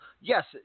yes